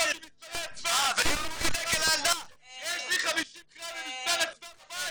עם מספרי אצווה --- יש לי 50 גרם עם מספר אצווה בבית.